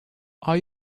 are